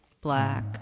black